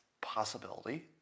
possibility